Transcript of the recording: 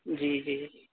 جی جی